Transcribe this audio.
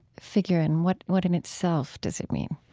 figure in? what what in itself does it mean?